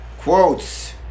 quotes